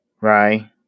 Right